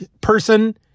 person